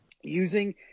Using